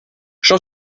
j’en